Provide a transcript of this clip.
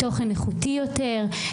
תוכן איכותי יותר.